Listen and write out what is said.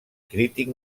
crític